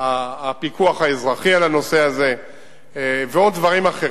הפיקוח האזרחי על הנושא הזה ועוד דברים.